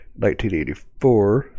1984